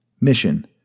Mission